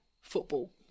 football